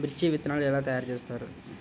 మిర్చి విత్తనాలు ఎలా తయారు చేస్తారు?